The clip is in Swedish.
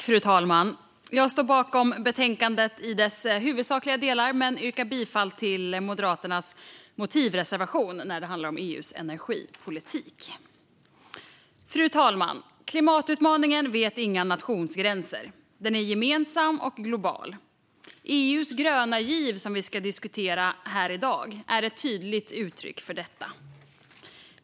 Fru talman! Jag står bakom betänkandet i dess huvudsakliga delar men yrkar bifall till Moderaternas motivreservation när det handlar om EU:s energipolitik. Fru talman! Klimatutmaningen känner inga nationsgränser. Den är gemensam och global. EU:s gröna giv, som vi ska diskutera i dag, är ett tydligt uttryck för detta.